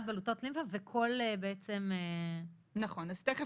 בכל חלק